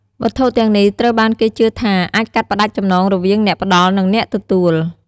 វត្ថុទាំងនេះត្រូវបានគេជឿថាអាចកាត់ផ្តាច់ចំណងរវាងអ្នកផ្តល់ និងអ្នកទទួល។